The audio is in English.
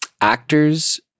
actors